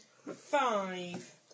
five